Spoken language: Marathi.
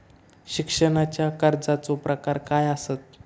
शिक्षणाच्या कर्जाचो प्रकार काय आसत?